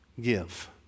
give